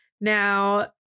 now